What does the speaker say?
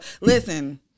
listen